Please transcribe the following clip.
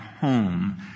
home